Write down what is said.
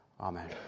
amen